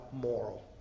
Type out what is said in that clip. moral